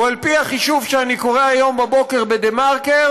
על פי החישוב שאני קורא היום בבוקר בדה-מרקר,